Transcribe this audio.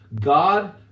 God